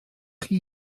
chi